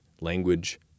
language